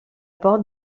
porte